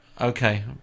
okay